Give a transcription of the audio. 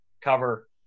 cover